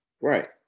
Right